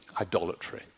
Idolatry